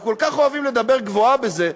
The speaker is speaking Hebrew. אנחנו כל כך אוהבים לדבר גבוהה בזה,